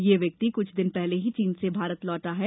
यह व्यक्ति कुछ दिन पहले ही चीन से भारत लौटा है